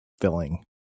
filling